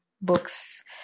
books